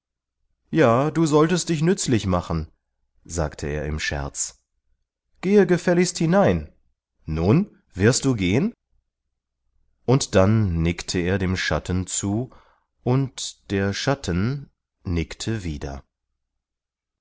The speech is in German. ja du solltest dich nützlich machen sagte er im scherz gehe gefälligst hinein nun wirst du gehen und dann nickte er dem schatten zu und der schatten nickte wieder